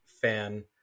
fan